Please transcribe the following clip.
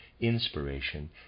inspiration